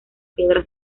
piedra